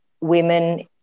women